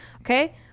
Okay